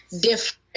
different